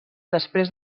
després